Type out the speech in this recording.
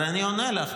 הרי אני עונה לך.